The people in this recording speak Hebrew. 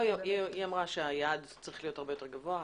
היא אמרה שהיעד צריך להיות הרבה יותר גבוה.